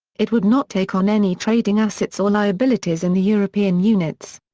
it would not take on any trading assets or liabilities in the european units.